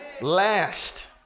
Last